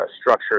structure